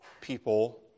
people